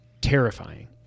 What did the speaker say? terrifying